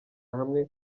hamwe